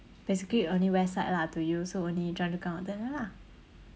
basically only west side lah to you so only chua-chu-kang or tengah lah